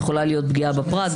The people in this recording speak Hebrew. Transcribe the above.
יכולה להיות פגיעה בפרט,